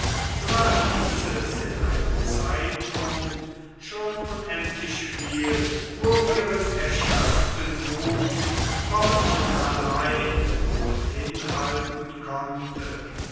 so war dieses in einem zeitpunkt schon unendlich viel wo ihren erschöpften muth hoffnung allein noch hinhalten konnte